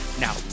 Now